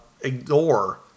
ignore